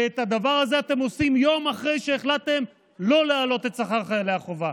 ואת הדבר הזה אתם עושים יום אחרי שהחלטתם לא להעלות את שכר חיילי החובה.